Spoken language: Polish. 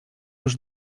już